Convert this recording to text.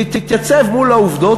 יתייצב מול העובדות,